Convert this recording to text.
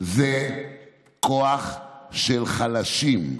זה כוח של חלשים.